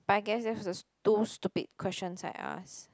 but I guess that'was the two stupid questions I ask